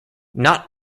not